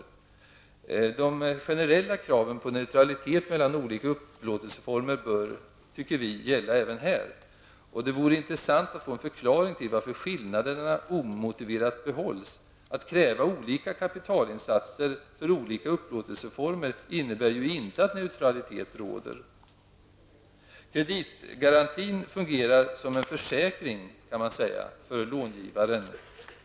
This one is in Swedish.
Vi tycker att de generella kraven på neutralitet mellan olika upplåtelseformer bör gälla även här. Det vore intressant att få en förklaring till varför skillnaderna omotiverat behålls. Att kräva olika kapitalinsatser för olika upplåtelseformer innebär ju inte att neutralitet råder. Kreditgarantin kan sägas fungera som en försäkring för långivaren.